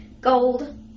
Gold